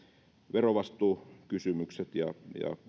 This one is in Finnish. verovastuukysymykset ja se että